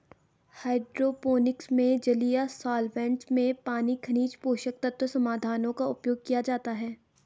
hydroponics में जलीय solvents में पानी खनिज पोषक तत्व समाधानों का उपयोग किया जाता है